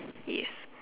yes